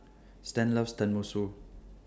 Stan loves Tenmusu